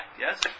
yes